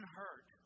hurt